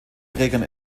trägern